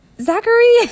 Zachary